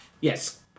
Yes